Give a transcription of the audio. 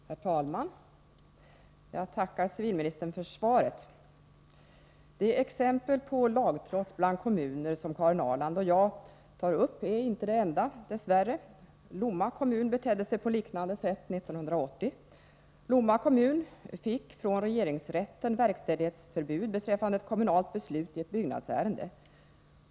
Herr talman! Jag tackar civilministern för svaret. Det exempel på lagtrots bland kommuner som Karin Ahrland och jag tar upp är inte unikt — dess värre. Lomma kommun betedde sig på liknande sätt år 1980. Kommunen fick — från regeringsrätten — verkställighetsförbud beträffande ett kommunalt beslut i ett byggnadsärende.